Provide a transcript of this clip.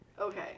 okay